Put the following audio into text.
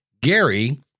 Gary